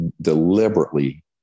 deliberately